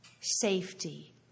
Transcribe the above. safety